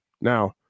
now